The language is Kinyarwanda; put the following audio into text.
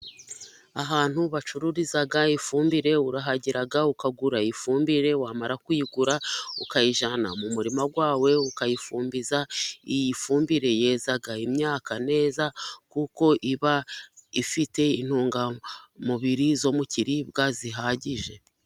Ahantu bacururiza ifumbire, urahagera ukagura ifumbire. Wamara kuyigura, ukayijyana mu murima wawe ukayifumbiza. Iyi fumbire yeza imyaka neza, kuko iba ifite intungamubiri zo mu kiribwa zihagije.